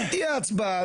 תהיה הצבעה,